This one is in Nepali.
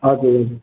हजुर